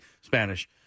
Spanish